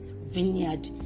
vineyard